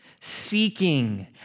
seeking